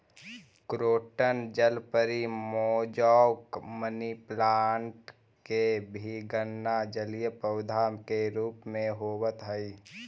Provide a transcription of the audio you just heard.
croton जलपरी, mosaic, money plant के भी गणना जलीय पौधा के रूप में होवऽ हइ